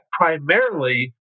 primarily